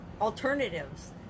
alternatives